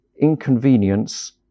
inconvenience